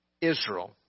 Israel